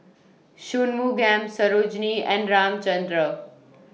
Shunmugam Sarojini and Ramchundra